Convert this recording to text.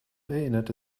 erinnerte